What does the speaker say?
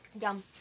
Yum